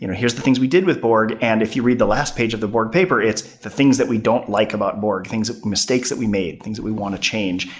you know here's the things we did with borg, and if you read the last page of the borg paper, it's the things that we don't like about borg. mistakes that we made, things that we want to change,